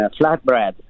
flatbread